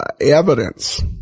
evidence